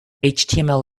html